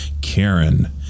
Karen